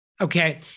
Okay